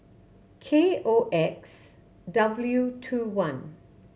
K O X W two one